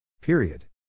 Period